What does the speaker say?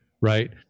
right